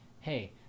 hey